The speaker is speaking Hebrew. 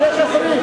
אפשר להמשיך בבקשה?